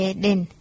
den